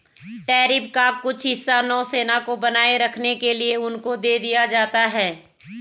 tariff का कुछ हिस्सा नौसेना को बनाए रखने के लिए उनको दे दिया जाता है